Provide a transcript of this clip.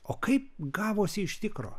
o kaip gavosi iš tikro